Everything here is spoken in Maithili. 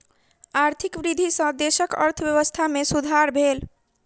आर्थिक वृद्धि सॅ देशक अर्थव्यवस्था में सुधार भेल